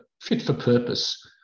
fit-for-purpose